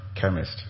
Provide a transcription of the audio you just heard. chemist